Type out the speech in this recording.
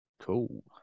Cool